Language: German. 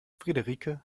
friederike